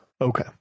okay